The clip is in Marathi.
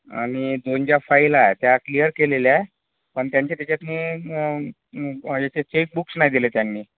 आणि दोन ज्या फाईल आहे त्या क्लिअर केलेल्या पण त्यांचे त्याच्यातून चेकबुक्स नाही दिल्या त्यांनी